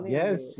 yes